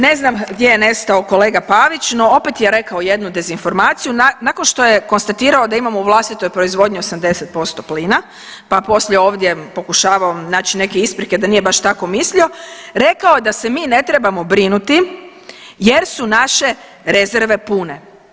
Ne znam gdje je nestao kolega Pavić, no opet je rekao jednu dezinformaciju, nakon što je konstatirao da imamo u vlastitoj proizvodnji 80% plina, pa poslije ovdje pokušavao naći neke isprike da nije baš tako mislio, rekao da se mi ne trebamo brinuti jer su naše rezerve pune.